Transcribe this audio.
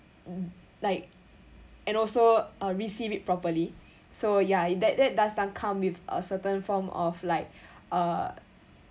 like and also uh receive it properly so ya if that that does come with a certain form of like uh